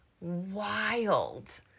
wild